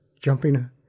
jumping